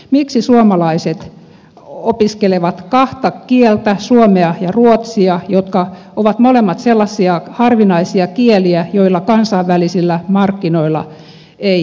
miksi suomalaiset opiskelevat kahta kieltä suomea ja ruotsia jotka ovat molemmat sellaisia harvinaisia kieliä joilla kansainvälisillä markkinoilla ei pärjätä